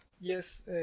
Yes